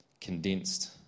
condensed